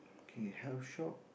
K health shop